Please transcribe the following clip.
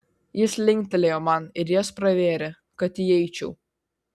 jis linktelėjo man ir jas pravėrė kad įeičiau